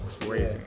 crazy